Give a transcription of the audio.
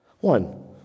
One